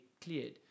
cleared